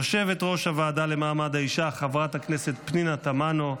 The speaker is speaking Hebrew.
יושבת-ראש הוועדה למעמד האישה חברת הכנסת פנינה תמנו,